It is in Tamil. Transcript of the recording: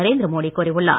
நரேந்திர மோடி கூறியுள்ளார்